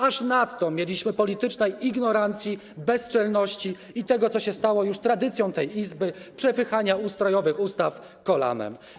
Aż nadto mieliśmy politycznej ignorancji, bezczelności i tego, co się stało już tradycją tej Izby - przepychania ustrojowych ustaw kolanem.